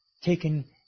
taken